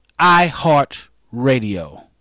iHeartRadio